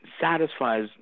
satisfies